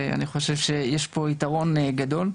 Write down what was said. יש לך יתרון גדול.